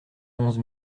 onze